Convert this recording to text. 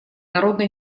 народно